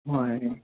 হয়